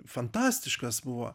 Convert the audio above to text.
fantastiškas buvo